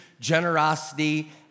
generosity